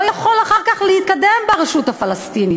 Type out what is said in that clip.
לא יכול אחר כך להתקדם ברשות הפלסטינית.